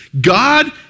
God